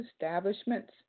establishments